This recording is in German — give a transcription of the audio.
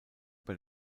bei